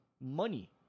money